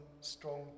strong